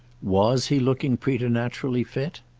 was he looking preternaturally fit?